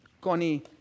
Connie